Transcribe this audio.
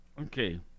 Okay